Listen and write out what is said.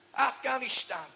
Afghanistan